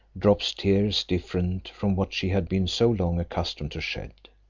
drops tears different from what she had been so long accustomed to shed.